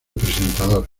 presentador